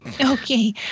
Okay